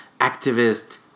activist